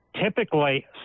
typically